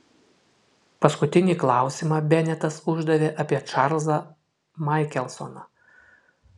paskutinį klausimą benetas uždavė apie čarlzą maikelsoną